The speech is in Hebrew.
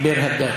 ביר-הדַאג'.